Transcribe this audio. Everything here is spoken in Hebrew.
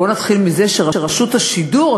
בוא נתחיל מזה שרשות השידור,